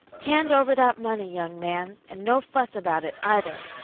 hand over that money, young man, and no fuss about it, either!